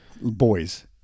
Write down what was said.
Boys